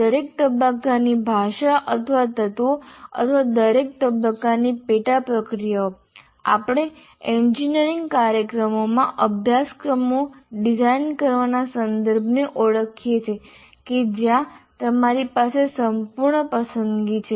દરેક તબક્કાની ભાષા અથવા તત્વો અથવા દરેક તબક્કાની પેટા પ્રક્રિયાઓ આપણે એન્જિનિયરિંગ કાર્યક્રમોમાં અભ્યાસક્રમો ડિઝાઇન કરવાના સંદર્ભને ઓળખીએ છીએ કે જ્યાં તમારી પાસે સંપૂર્ણ પસંદગી છે